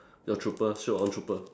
your trooper sure on trooper